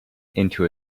into